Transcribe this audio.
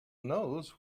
knows